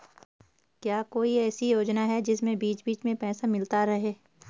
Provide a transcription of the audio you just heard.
क्या कोई ऐसी योजना है जिसमें बीच बीच में पैसा मिलता रहे?